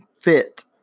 fit